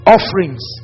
Offerings